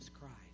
Christ